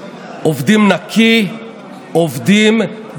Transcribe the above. שעושים לילות כימים על מנת